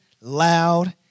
loud